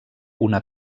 una